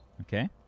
Okay